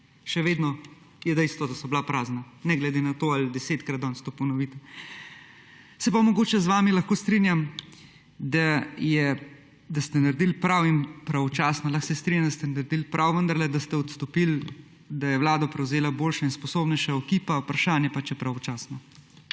Še vedno je dejstvo, da so bila prazna, ne glede na to, ali desetkrat danes to ponovite. Se pa mogoče z vami lahko strinjam, da ste naredili prav in pravočasno. Lahko se strinjam s tem, da je bilo prav vendarle, da ste odstopili, da je vlado prevzela boljša in sposobnejša ekipa, vprašanje pa, če pravočasno.